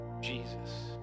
Jesus